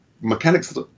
mechanics